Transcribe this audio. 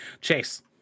Chase